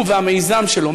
הוא והמיזם שלו,